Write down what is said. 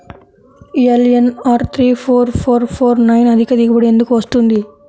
LNR three four four four nine అధిక దిగుబడి ఎందుకు వస్తుంది?